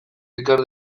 ekar